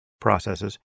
processes